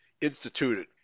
instituted